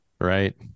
right